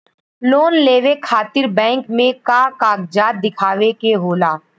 Loan लेवे खातिर bank मे का कागजात दिखावे के होला?